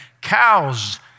cows